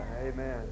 amen